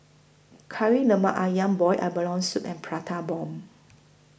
Kari Lemak Ayam boiled abalone Soup and Prata Bomb